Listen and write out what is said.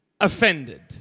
offended